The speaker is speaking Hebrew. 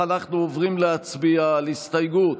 ההסתייגות